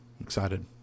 excited